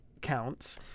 counts